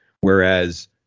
Whereas